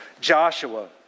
Joshua